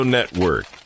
Network